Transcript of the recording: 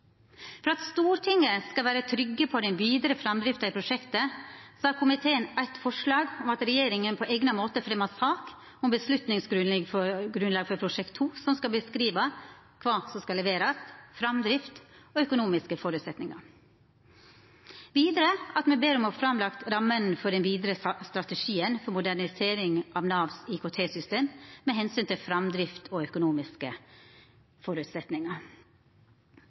For at Stortinget skal vera trygg på den vidare framdrifta i prosjektet, har komiteen eit forslag om at regjeringa på eigna måte fremjar sak om vedtaksgrunnlaget for Prosjekt 2, som skal beskriva kva som skal leverast, framdrift og økonomiske føresetnader. Vidare ber me om å få lagt fram rammene for den vidare strategien for moderniseringa av Navs IKT-system med omsyn til framdrift og økonomiske